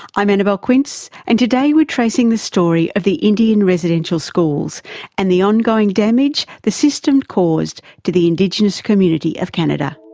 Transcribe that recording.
i'm annabelle quince, and today we're tracing the story of indian residential schools and the ongoing damage the system caused to the indigenous community of canada.